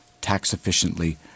tax-efficiently